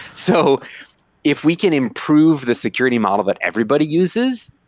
so if we can improve the security model that everybody uses,